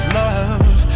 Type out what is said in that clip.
love